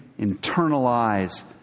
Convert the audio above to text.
internalize